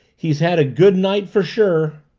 he's had a good night for sure!